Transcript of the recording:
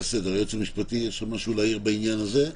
יש ליועץ המשפטי מה להעיר בעניין הזה?